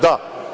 Da.